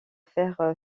faire